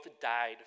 died